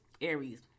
aries